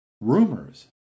Rumors